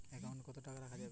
Account কত টাকা রাখা যাবে?